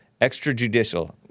Extrajudicial